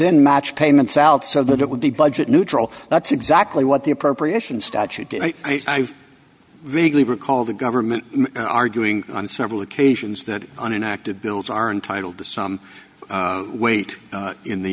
in match payments out so that it would be budget neutral that's exactly what the appropriation statute did i vaguely recall the government arguing on several occasions that an inactive bills are entitled to some weight in the